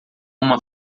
uma